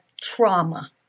trauma